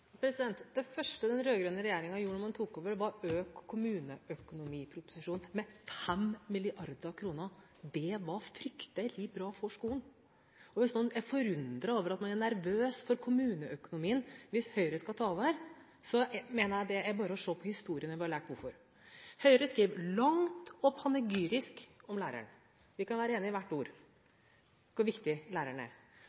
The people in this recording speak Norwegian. Det første den rød-grønne regjeringen gjorde da den tok over, var å øke kommuneøkonomien med 5 mrd. kr. Det var fryktelig bra for skolen. Hvis noen er forundret over at man er nervøs for kommuneøkonomien hvis Høyre skal ta over, mener jeg det bare er å se på historien – vi har lært hvorfor. Høyre skriver langt og panegyrisk om læreren. Vi kan være enig i hvert ord